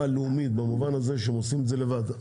הלאומית במובן הזה שהם עושים את זה לבד.